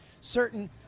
certain